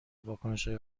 واکنشهای